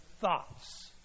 thoughts